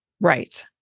Right